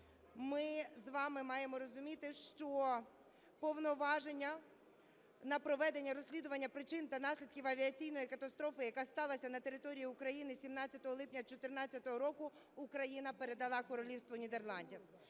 ми з вами маємо розуміти, що повноваження на проведення розслідування причин та наслідків авіаційної катастрофи, яка сталася на території України 17 липня 2014 року, Україна передала Королівству Нідерландів.